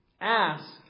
Ask